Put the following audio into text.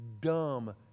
dumb